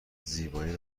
زیبایی